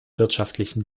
wirtschaftlichen